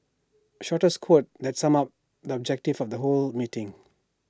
shortest quote that sums up the objective of the whole meeting